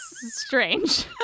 strange